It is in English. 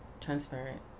transparent